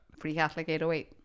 FreeCatholic808